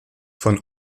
von